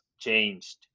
changed